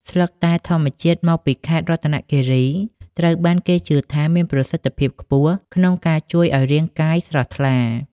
ស្លឹកតែធម្មជាតិមកពីខេត្តរតនគិរី ត្រូវបានគេជឿថាមានប្រសិទ្ធភាពខ្ពស់ក្នុងការជួយឱ្យរាងកាយស្រស់ថ្លា។